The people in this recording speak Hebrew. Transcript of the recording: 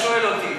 מה אתה שואל אותי?